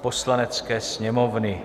Poslanecké sněmovny